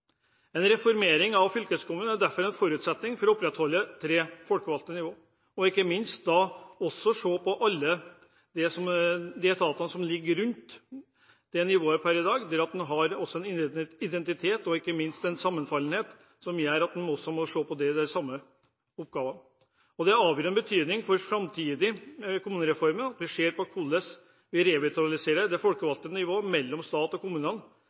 En reformering av fylkeskommunen er derfor en forutsetning for å opprettholde tre folkevalgte nivå, og ikke minst må en se på alle de etatene som ligger rundt det nivået per i dag. Det at en også har en identitet, og ikke minst en sammenfallenhet, gjør at en også må se på dette, de samme oppgavene. Og det er av avgjørende betydning at vi samtidig med kommunereformen ser på hvordan vi revitaliserer det folkevalgte nivå mellom stat og